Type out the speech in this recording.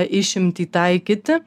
išimtį taikyti